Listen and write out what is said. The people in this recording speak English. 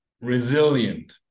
resilient